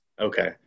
Okay